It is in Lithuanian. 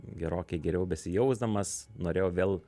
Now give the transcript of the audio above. gerokai geriau besijausdamas norėjau vėl